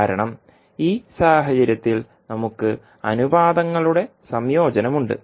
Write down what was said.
കാരണം ഈ സാഹചര്യത്തിൽ നമുക്ക് അനുപാതങ്ങളുടെ സംയോജനമുണ്ട്